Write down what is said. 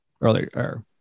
earlier